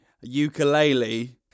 ukulele